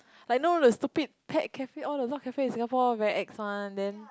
like know the stupid pet cafe all the dog cafe in Singapore all very ex one then